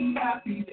happy